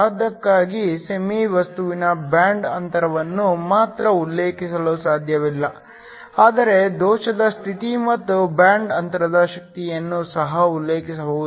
ಅದಕ್ಕಾಗಿಯೇ ಸೆಮಿ ವಸ್ತುವಿನ ಬ್ಯಾಂಡ್ ಅಂತರವನ್ನು ಮಾತ್ರ ಉಲ್ಲೇಖಿಸಲು ಸಾಧ್ಯವಿಲ್ಲ ಆದರೆ ದೋಷದ ಸ್ಥಿತಿ ಮತ್ತು ಬ್ಯಾಂಡ್ ಅಂತರದ ಶಕ್ತಿಯನ್ನು ಸಹ ಉಲ್ಲೇಖಿಸಬಹುದು